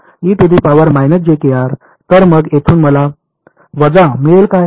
तर मग येथून मला वजा मिळेल काय